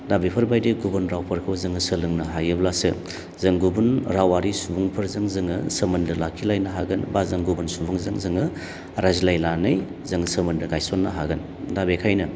दा बेफोरबायदि गुबुन रावफोरखौ जोङो सोलोंनो हायोब्लासो जों गुबुन रावारि सुबुंफोरजों जोङो सोमोन्दो लाखिलायनो हागोन बा जों गुबुन सुबुंजों जोङो रायज्लायनानै जोङो सोमोन्दो गायसननो हागोन दा बेखायनो